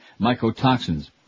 mycotoxins